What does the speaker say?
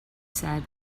said